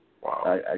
Wow